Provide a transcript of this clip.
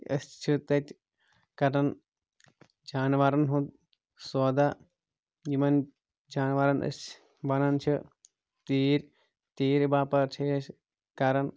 أسۍ چھِ تَتہِ کَران جاناوارَن ہُںٛد سودہ یِمَن جاناوارَن أسۍ وَنان چھِ تیٖرۍ تیٖرِ باپار چھِ أسۍ کَران